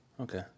Okay